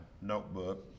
notebook